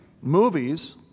movies